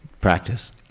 Practice